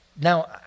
Now